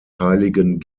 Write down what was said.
heiligen